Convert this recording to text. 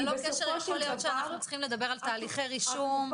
יכול להיות שאנו צריכים לדבר על תהליכי רישום.